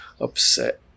upset